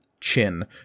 chin